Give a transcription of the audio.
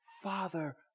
Father